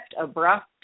abrupt